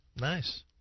Nice